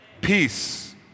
peace